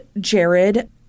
Jared